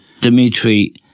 Dmitry